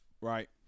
Right